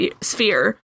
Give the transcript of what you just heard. sphere